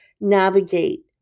navigate